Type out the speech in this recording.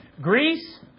Greece